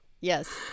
Yes